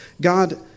God